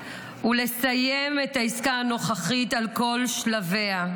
ולסיים את העסקה הנוכחית על כל שלביה,